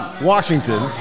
Washington